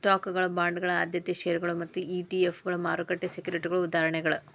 ಸ್ಟಾಕ್ಗಳ ಬಾಂಡ್ಗಳ ಆದ್ಯತೆಯ ಷೇರುಗಳ ಮತ್ತ ಇ.ಟಿ.ಎಫ್ಗಳ ಮಾರುಕಟ್ಟೆ ಸೆಕ್ಯುರಿಟಿಗಳ ಉದಾಹರಣೆಗಳ